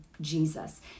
Jesus